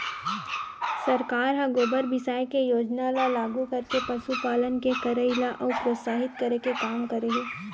सरकार ह गोबर बिसाये के योजना ल लागू करके पसुपालन के करई ल अउ प्रोत्साहित करे के काम करे हे